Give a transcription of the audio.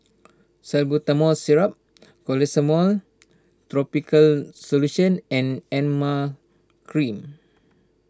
Salbutamol Syrup Clotrimozole Topical Solution and Emla Cream